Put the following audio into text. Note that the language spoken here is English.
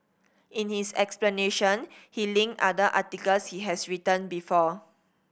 in his explanation he linked other articles he has written before